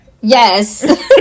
Yes